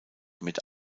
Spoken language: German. mit